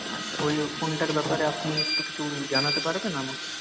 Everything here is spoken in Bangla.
আচ্ছা ওই ও ফোনটার ব্যাপারে আপনি একটু কিছু জানাতে পারবেন আমাকে